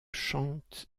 chante